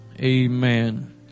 amen